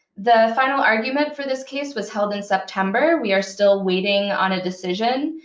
the final argument for this case was held in september. we are still waiting on a decision,